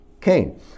Cain